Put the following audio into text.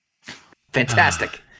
Fantastic